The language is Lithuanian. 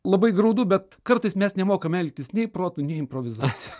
labai graudu bet kartais mes nemokame elgtis nei protu nei improvizacija